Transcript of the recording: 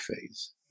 phase